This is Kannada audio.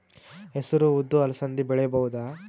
ಹೆಸರು ಉದ್ದು ಅಲಸಂದೆ ಬೆಳೆಯಬಹುದಾ?